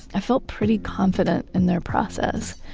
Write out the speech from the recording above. i felt pretty confident in their process.